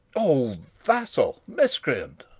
o vassal! miscreant!